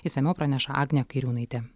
išsamiau praneša agnė kairiūnaitė